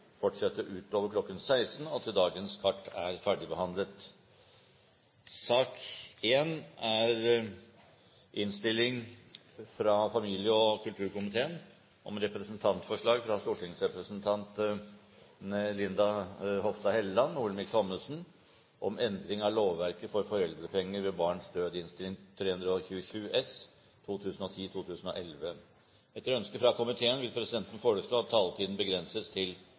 fortsetter utover kl. 16 til dagens kart er ferdigbehandlet. Etter ønske fra familie- og kulturkomiteen vil presidenten foreslå at taletiden begrenses til